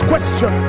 Question